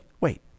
wait